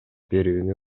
берүүнү